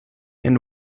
and